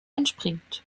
entspringt